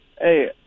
Hey